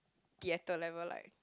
theatre level like